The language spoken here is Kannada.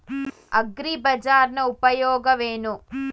ಅಗ್ರಿಬಜಾರ್ ನ ಉಪಯೋಗವೇನು?